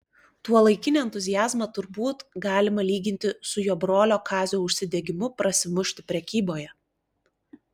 tuolaikinį entuziazmą turbūt galima lyginti su jo brolio kazio užsidegimu prasimušti prekyboje